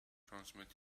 transmit